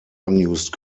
unused